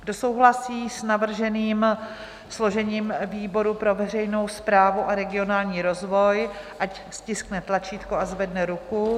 Kdo souhlasí s navrženým složením výboru pro veřejnou správu a regionální rozvoj, ať stiskne tlačítko a zvedne ruku.